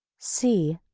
see,